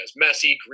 Messi